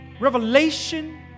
revelation